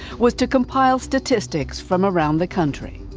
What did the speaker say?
was to compile statistics from around the country.